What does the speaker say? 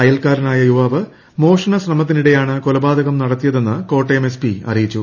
അയൽക്കാർനായ യുവാവ് മോഷണ ശ്രമത്തിനിടെയാണ് കൊല്പാതകം നടത്തിയതെന്ന് കോട്ടയം എസ് പി അറിയിച്ചു